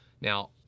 Now